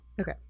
Okay